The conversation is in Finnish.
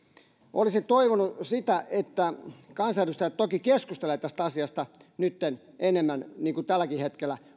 olisin toivonut että kansanedustajat keskustelisivat tästä asiasta nytten enemmän niin kuin toki tälläkin hetkellä